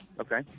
Okay